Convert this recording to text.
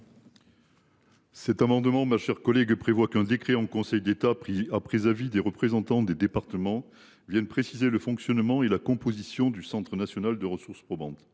Cet amendement vise à ce qu’un décret en Conseil d’État, pris après avis des représentants des départements, précise le fonctionnement et la composition du centre national de ressources probantes.